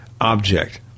object